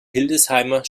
hildesheimer